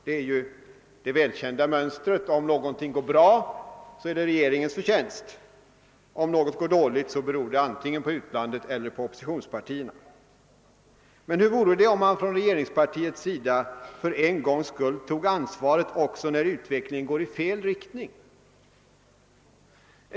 Det är ju det välkända mönstret: om någonting är bra är det regeringens förtjänst — om: någonting är dåligt beror det antingen på utlandet eller på oppositionspartierna. Men hur vore det om regeringspartiet för en gångs skull tog ansvaret också när utvecklingen går i fel riktning?